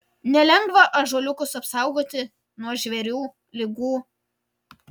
nelengva ąžuoliukus apsaugoti nuo žvėrių ligų